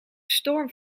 storm